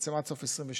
בעצם עד סוף 2022,